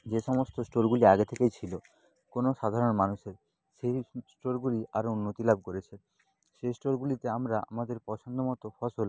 যে সমস্ত স্টোরগুলি আগে থেকেই ছিল কোনও সাধারণ মানুষের সেই স্টোরগুলি আরও উন্নতি লাভ করেছে সেই স্টোরগুলিতে আমরা আমাদের পছন্দ মতো ফসল